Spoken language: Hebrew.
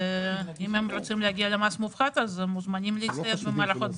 אם הם רוצים להגיע למס מופחת הם מוזמנים להצטייד במערכות בטיחות,